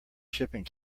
shipping